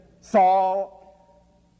Saul